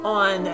on